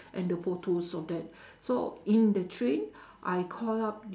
and the photos of that so in the train I call up